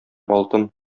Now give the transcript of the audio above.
алтын